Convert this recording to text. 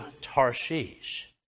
Tarshish